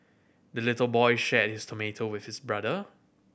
the little boy shared his tomato with his brother